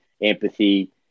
empathy